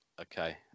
Okay